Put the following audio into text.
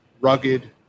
rugged